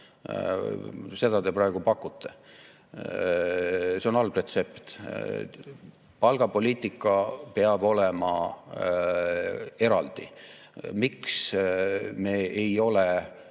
Seda te praegu pakute. See on halb retsept. Palgapoliitika peab olema eraldi. Miks me ei ole